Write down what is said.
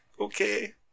okay